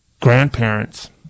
grandparents